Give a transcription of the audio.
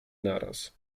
naraz